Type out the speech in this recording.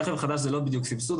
ברכב חדש זה לא בדיוק סבסוד,